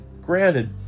Granted